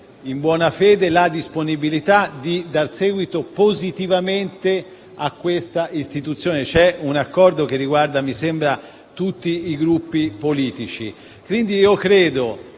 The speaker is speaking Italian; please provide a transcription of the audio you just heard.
in buona fede, di dare seguito positivamente a questa istituzione. C'è un accordo che riguarda, mi sembra, tutti i Gruppi politici,